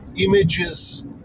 images